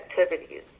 activities